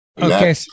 Okay